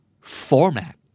Format